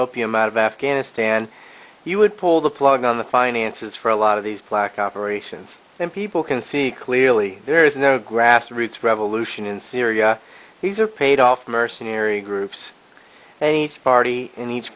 opium out of afghanistan you would pull the plug on the finances for a lot of these plaque operations and people can see clearly there is no grass roots revolution in syria these are paid off mercenary groups a party in each